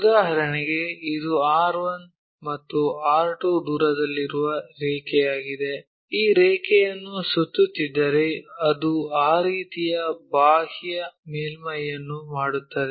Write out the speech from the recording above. ಉದಾಹರಣೆಗೆ ಇದು R1 ಮತ್ತು R2 ದೂರದಲ್ಲಿರುವ ರೇಖೆಯಾಗಿದೆ ಈ ರೇಖೆಯನ್ನು ಸುತ್ತುತ್ತಿದ್ದರೆ ಅದು ಆ ರೀತಿಯಲ್ಲಿ ಬಾಹ್ಯ ಮೇಲ್ಮೈಯನ್ನು ಮಾಡುತ್ತದೆ